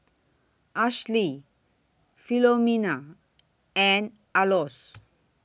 Ashlie Filomena and Aloys